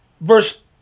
verse